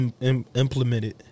implemented